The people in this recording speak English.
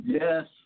Yes